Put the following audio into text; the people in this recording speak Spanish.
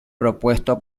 propuesto